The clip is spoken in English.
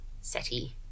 seti